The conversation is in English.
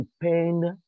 depend